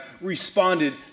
responded